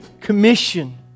commission